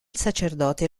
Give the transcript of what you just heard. sacerdote